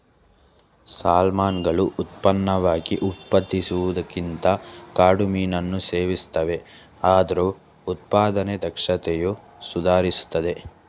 ಸಾಲ್ಮನ್ಗಳು ಉತ್ಪನ್ನವಾಗಿ ಉತ್ಪಾದಿಸುವುದಕ್ಕಿಂತ ಕಾಡು ಮೀನನ್ನು ಸೇವಿಸ್ತವೆ ಆದ್ರೂ ಉತ್ಪಾದನೆ ದಕ್ಷತೆಯು ಸುಧಾರಿಸ್ತಿದೆ